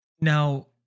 Now